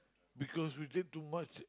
because we drink too much